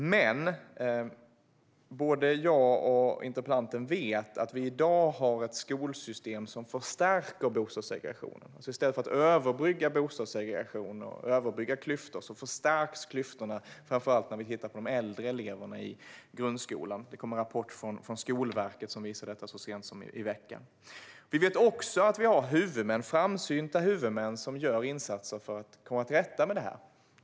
Men både jag och interpellanten vet att vi i dag har ett skolsystem som förstärker bostadssegregationen. I stället för att bostadssegregationen och klyftorna överbryggas ökar klyftorna, framför allt när det gäller de äldre eleverna i grundskolan. Så sent som i veckan kom en rapport från Skolverket som visar detta. Vi vet också att vi har framsynta huvudmän som gör insatser för att komma till rätta med detta.